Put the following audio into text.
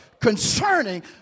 concerning